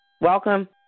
Welcome